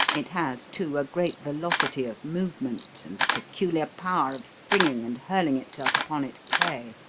it has, too, a great velocity of movement and a peculiar power of springing and hurling itself upon its prey.